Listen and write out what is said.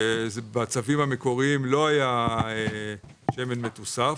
בצווים המקוריים לא היה שמן לתוסף,